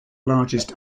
largest